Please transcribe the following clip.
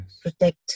protect